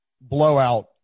blowout